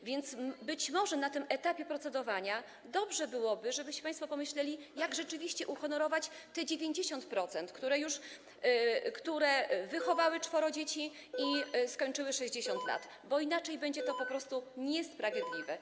A więc być może na tym etapie procedowania dobrze byłoby, żebyście państwo pomyśleli, jak rzeczywiście uhonorować te 90% matek, które już wychowały czworo dzieci i skończyły 60 lat, bo inaczej będzie to po prostu niesprawiedliwe.